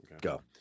Go